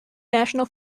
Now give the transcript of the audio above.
national